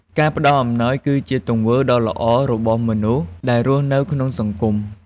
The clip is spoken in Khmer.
ការផ្តល់អំណោយគឺជាទង្វើដ៏ល្អមួយរបស់មនុស្សដែលរស់នៅក្នុងសង្គម។